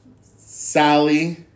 Sally